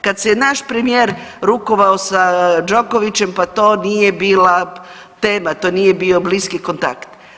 Kad se je naš premijer rukovao sa Đokovićem pa to nije bila tema, to nije bio bliski kontakt.